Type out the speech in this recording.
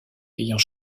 ayant